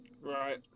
Right